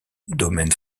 domaine